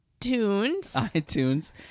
iTunes